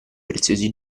preziosi